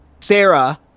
Sarah